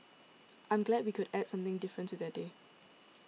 I'm glad we could add something different to their day